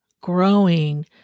growing